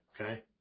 Okay